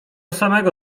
samego